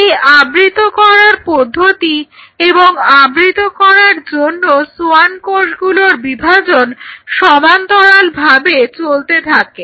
এই আবৃত করার পদ্ধতি এবং আবৃত করার জন্য সোয়ান কোষগুলোর বিভাজন সমান্তরাল ভাবে চলতে থাকে